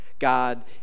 God